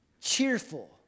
Cheerful